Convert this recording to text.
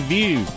View